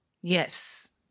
Yes